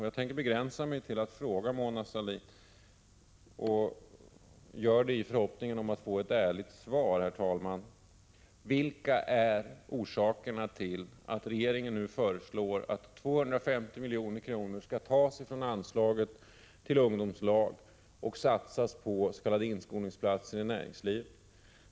Jag tänker begränsa mig till att fråga Mona Sahlin och, herr talman, jag gör det i förhoppningen om att få ett ärligt svar. Vilka är orsakerna till att regeringen nu föreslår att 250 milj.kr. skall tas från anslaget till ungdomslag och satsas på s.k. inskolningsplatser i näringslivet?